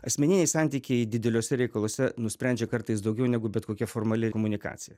asmeniniai santykiai dideliuose reikaluose nusprendžia kartais daugiau negu bet kokia formali komunikacija